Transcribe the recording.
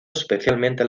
especialmente